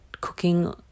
cooking